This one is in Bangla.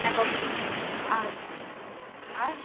হ্যাঁ আচ্ছা আর